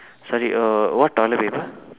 sorry err what toilet paper